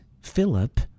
Philip